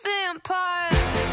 vampire